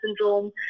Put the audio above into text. syndrome